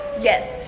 yes